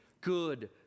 Good